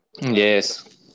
Yes